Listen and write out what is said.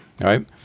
Right